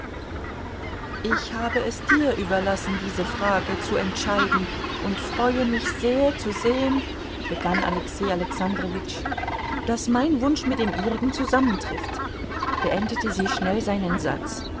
ich habe es dir überlassen diese frage zu entscheiden und freue mich sehr zu sehen begann alexei alexandrowitsch daß mein wunsch mit dem ihrigen zusammentrifft beendete sie schnell seinen satz